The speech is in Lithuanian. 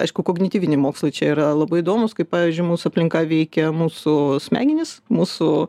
aišku kognityviniai mokslai čia yra labai įdomūs kaip pavyzdžiui mūsų aplinka veikia mūsų smegenis mūsų